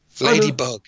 Ladybug